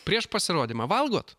prieš pasirodymą valgot